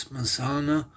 Masana